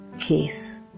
peace